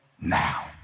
now